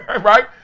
Right